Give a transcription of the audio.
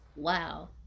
Wow